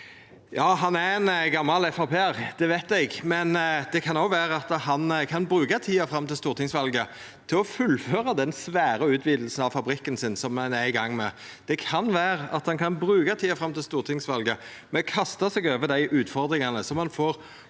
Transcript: han er ein gamal FrP-ar, det veit eg, men det kan òg vera at han kan bruka tida fram til stortingsvalet til å fullføra den svære utvidinga av fabrikken sin som han er i gang med. Det kan vera at han kan bruka tida fram til stortingsvalet på å kasta seg over dei utfordringane han får